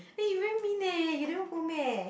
eh you very mean eh you never go meh